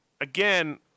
again